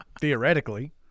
theoretically